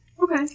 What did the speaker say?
Okay